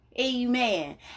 amen